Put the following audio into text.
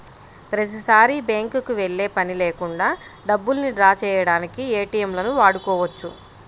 ప్రతిసారీ బ్యేంకుకి వెళ్ళే పని లేకుండా డబ్బుల్ని డ్రా చేయడానికి ఏటీఎంలను వాడుకోవచ్చు